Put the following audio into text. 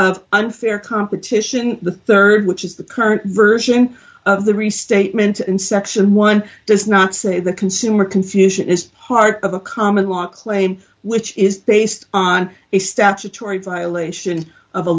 of unfair competition the rd which is the current version of the restatement in section one does not say the consumer confusion is part of a common law claim which is based on a statutory violation of a